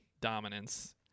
dominance